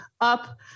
up